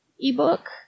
ebook